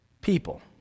people